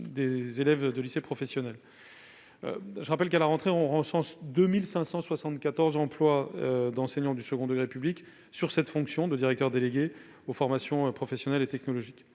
des élèves de lycée professionnel. Je rappelle que, à la rentrée, on recensait 2 574 emplois d'enseignants du second degré public exerçant la fonction de directeur délégué aux formations professionnelles et technologiques.